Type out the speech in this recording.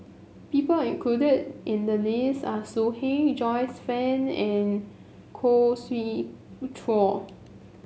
people included in the list are So Heng Joyce Fan and Khoo Swee Chiow